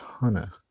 hana